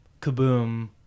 Kaboom